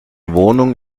wohnung